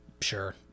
sure